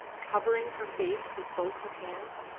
covering her face with both her hands.